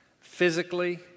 physically